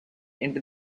into